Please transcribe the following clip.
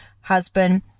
husband-